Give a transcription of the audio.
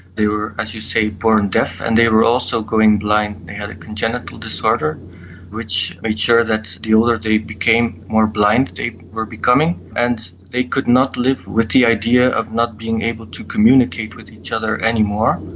they were, as you say, born deaf, and they were also going blind. they had a congenital disorder which made sure that the older they became the more blind they were becoming, and they could not live with the idea of not being able to communicate with each other anymore.